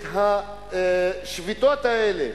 את השביתות האלה,